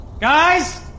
Guys